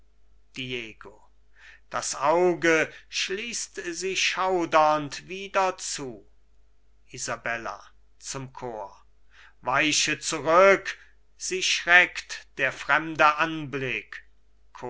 das auge schließt sie schaudernd wieder zu isabella zum chor weichet zurück sie schreckt der fremde anblick